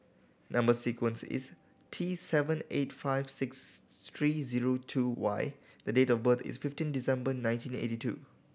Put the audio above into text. number sequence is T seven eight five six three zero two Y the date of birth is fifteen December nineteen eighty two